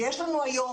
והיום,